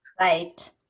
Right